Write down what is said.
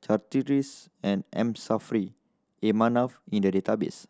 Charteris and M Saffri A Manaf in the database